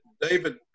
David